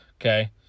okay